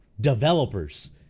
developers